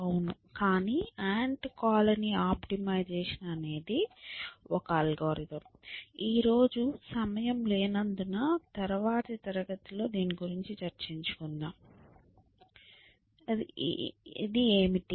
అవును కానీ ant colony optimisation అనేది ఒక అల్గోరిథం ఈ రోజు సమయం లేనందున తరువాతి తరగతిలో దీని గురించి చేర్చించుకుందాం అది ఏమిటి